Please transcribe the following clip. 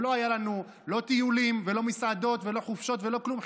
ולא היו לנו לא טיולים ולא מסעדות ולא חופשות ולא כלום.